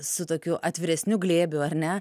su tokiu atviresniu glėbiu ar ne